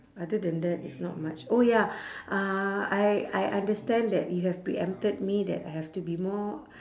other than that it's not much oh ya uh I I understand that you have pre-empted me that I have to be more